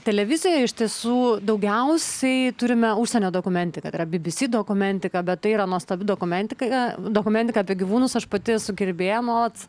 televizijoje iš tiesų daugiausiai turime užsienio dokumentiką tai yra bbc dokumentiką bet tai yra nuostabi dokumentika dokumentika apie gyvūnus aš pati esu gerbėja nuolat